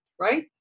right